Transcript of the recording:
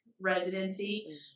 residency